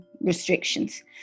Restrictions